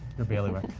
your bailiwick.